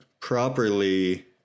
properly